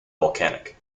volcanic